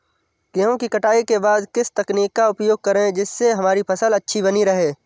गेहूँ की कटाई के बाद किस तकनीक का उपयोग करें जिससे हमारी फसल अच्छी बनी रहे?